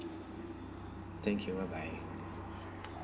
thank you bye bye